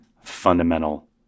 fundamental